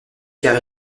car